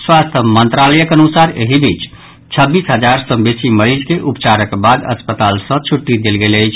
स्वास्थ्य मंत्रालयक अनुसार एहि बीच छब्बीस हजार सँ बेसी मरीज के उपचारक बाद अस्पताल सँ छुट्टी देल गेल अछि